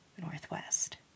Northwest